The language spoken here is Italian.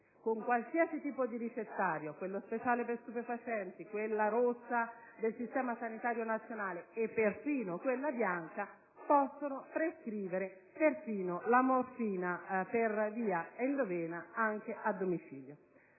con qualsiasi tipo di ricettario (quello speciale per gli stupefacenti, quello rosso del Servizio sanitario nazionale e perfino quello bianco) potevano prescrivere perfino la morfina per via endovena, anche a domicilio.